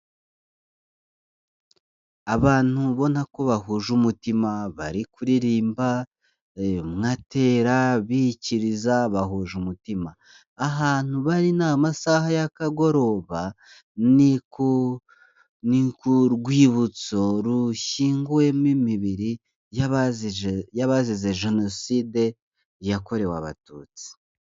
Abantu ubona ko bahuje umutima bari kuririmba umwe atera bikiriza, bahuje umutima ahantu bari ni amasaha y'akagoroba, ni ku rwibutso rushyinguyemo imibiri y'abazize Jenoside yakorewe abatutsi.